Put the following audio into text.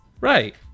Right